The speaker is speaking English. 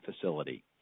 facility